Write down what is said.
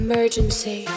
Emergency